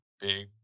big